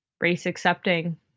race-accepting